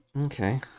Okay